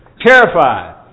Terrified